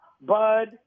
Bud